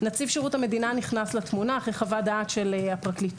נציב שירות המדינה נכנס לתמונה אחרי חוות דעת של הפרקליטות.